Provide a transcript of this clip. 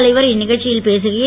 தலைவர் இந்நிகழ்ச்சியில் பேசுகையில்